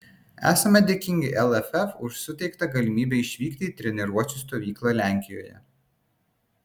esame dėkingi lff už suteiktą galimybę išvykti į treniruočių stovyklą lenkijoje